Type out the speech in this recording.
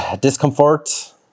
discomfort